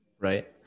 right